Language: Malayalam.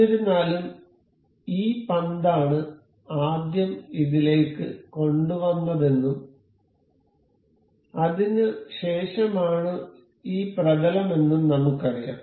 എന്നിരുന്നാലും ഈ പന്താണ് ആദ്യം ഇതിലേക്ക് കൊണ്ടുവന്നതെന്നും അതിനു ശേഷമാണ് ഈ പ്രതലമെന്നും നമുക്കറിയാം